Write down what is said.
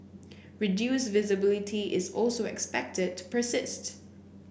reduced visibility is also expected to persist